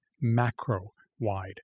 macro-wide